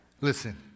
Listen